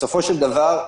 בסופו של דבר,